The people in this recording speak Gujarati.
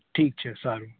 ઠીક છે સારું